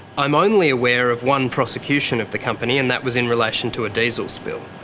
i'm only aware of one prosecution of the company and that was in relation to a diesel spill.